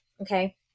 Okay